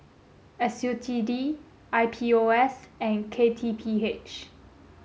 S U T D I P O S and K T P H